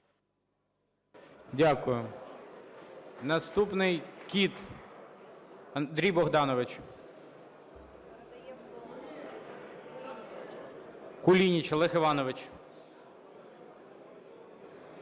Дякую. Наступний - Кіт Андрій Богданович. Кулініч Олег Іванович.